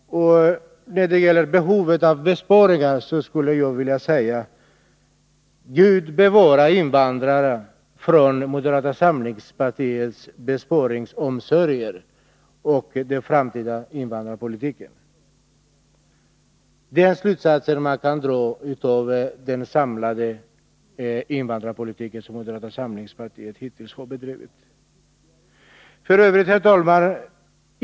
Beträffande behovet av besparingar skulle jag vilja säga: Gud bevare invandrarna och den framtida invandrarpolitiken från moderata samlingspartiets besparingsomsorger! Den slutsatsen kan man dra av den invandrarpolitik moderata samlingspartiet hittills bedrivit. Herr talman!